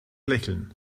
lächeln